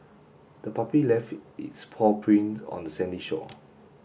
the puppy left its paw prints on the sandy shore